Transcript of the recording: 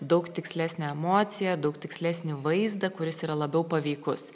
daug tikslesnę emociją daug tikslesnį vaizdą kuris yra labiau paveikus